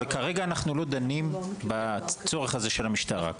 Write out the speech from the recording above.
אבל כרגע אנחנו לא דנים בצורך הזה של המשטרה.